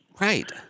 Right